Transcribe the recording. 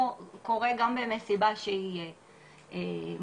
אם נכנס מד"א לתמונה,